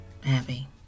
happy